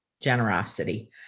generosity